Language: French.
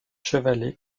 chevalets